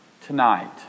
tonight